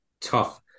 tough